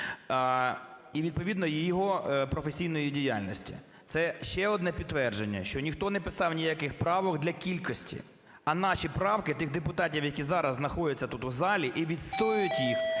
і відповідно його професійної діяльності. Це ще одне підтвердження, що ніхто не писав ніяких правок для кількості. А наші правки тих депутатів, які зараз знаходяться тут в залі і відстоюють їх,